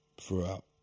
throughout